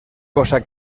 cosa